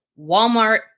Walmart